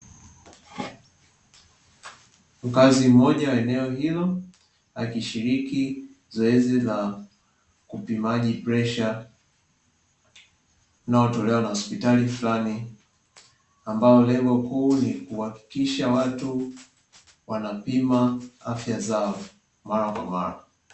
Mkazi mmoja wa eneo hilo, akishiriki zoezi la upimaji presha linalotolewa na hospitali fulani, ambapo lengo kuu ni kuhakikisha watu wanapima afya zao mara kwa mara.